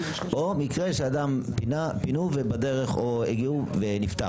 או מקרה שפינו אדם ובדרך הוא נפטר.